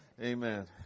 amen